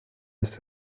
ist